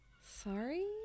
sorry